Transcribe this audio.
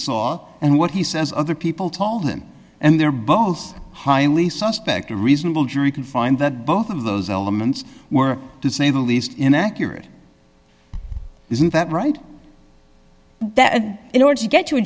saw and what he says other people told him and they're both highly suspect a reasonable jury could find that both of those elements were to say the least inaccurate isn't that right that in order to get to a